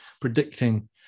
predicting